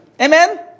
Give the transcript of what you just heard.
Amen